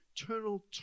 eternal